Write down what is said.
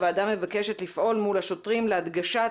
הוועדה מבקשת לפעול מול השוטרים להדגשת